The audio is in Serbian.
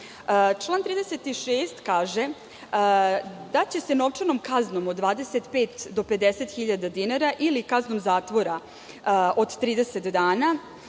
Član 36. kaže da će se novčanom kaznom od 25 do 50 hiljada dinara ili kaznom zatvora od 30 dana